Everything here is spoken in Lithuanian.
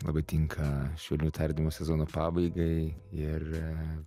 labai tinka šiaulių tardymo sezono pabaigai ir